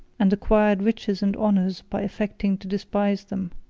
and acquired riches and honors by affecting to despise them.